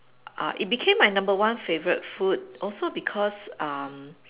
uh it became my number one favourite food also because um